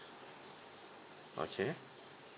okay